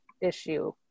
issue